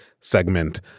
segment